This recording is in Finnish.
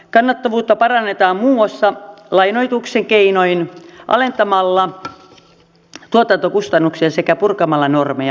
kannattavuutta parannetaan muun muassa lainoituksen keinoin alentamalla tuotantokustannuksia sekä purkamalla normeja